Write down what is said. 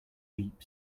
deep